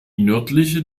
nördliche